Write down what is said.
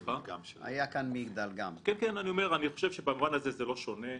אני חושב שבמובן הזה זה לא שונה.